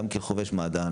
גם כחובש מד"א,